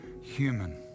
human